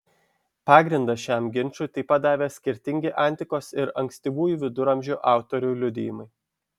pagrindą šiam ginčui taip pat davė skirtingi antikos ir ankstyvųjų viduramžių autorių liudijimai